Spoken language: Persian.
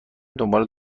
دنبال